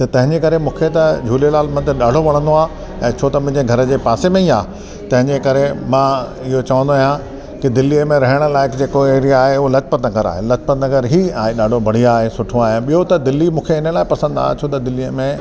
त तंहिंजे करे मूंखे त झूलेलाल मंदर ॾाढो वणंदो आहे ऐं छो त मुंहिंजे घर जे पासे में ई आहे तंहिंजे करे मां इहो चवंदो आहियां की दिल्लीअ में रहण लाइक़ु जेको एरिया आहे हो लजपत नगर आहे लजपत नगर ई आहे ॾाढो बढ़िया आहे ऐं सुठो आहे ॿियो त दिल्ली मूंखे इन लाइ पसंदि आहे छो त दिल्लीअ में